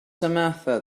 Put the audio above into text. samantha